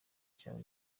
cyawo